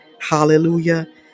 hallelujah